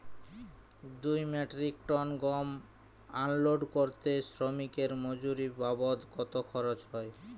দুই metric tonne গম unload করতে শ্রমিক এর মজুরি বাবদ কত খরচ হয়?